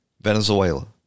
Venezuela